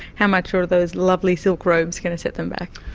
how much are those lovely silk robes going to set them back?